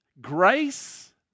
grace